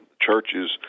Churches